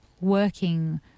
working